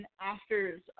actors